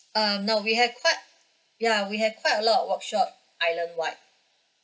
uh no we had quite ya we have quite a lot of workshop island wide